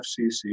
FCC